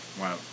Wow